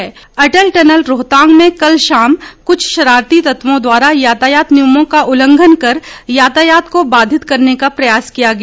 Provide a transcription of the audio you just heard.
अटल Atal tunnel Rohtang में कल शाम कुछ शरारती तत्वों द्वारा यातायात नियमों का उल्लंघन कर यातायात को बाधित करने का प्रयास किया गया